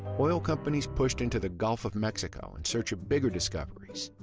oil companies pushed into the gulf of mexico in search of bigger discoveries.